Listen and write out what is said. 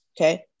okay